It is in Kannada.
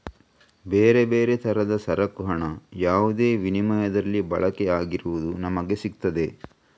ಬೇರೆ ಬೇರೆ ತರದ ಸರಕು ಹಣ ಯಾವುದೇ ವಿನಿಮಯದಲ್ಲಿ ಬಳಕೆ ಆಗಿರುವುದು ನಮಿಗೆ ಸಿಗ್ತದೆ